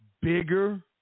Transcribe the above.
bigger